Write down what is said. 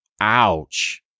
Ouch